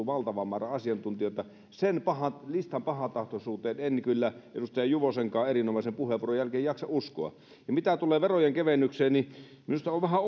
valtava määrä asiantuntijoita sen listan pahantahtoisuuteen en kyllä edustaja juvosenkaan erinomaisen puheenvuoron jälkeen jaksa uskoa mitä tulee verojen kevennykseen niin minusta on vähän